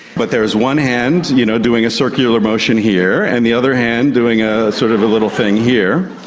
but there is one hand you know doing a circular motion here and the other hand doing a sort of a little thing here.